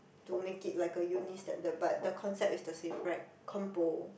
to make it like a uni standard but the concept is the same right compo